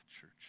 church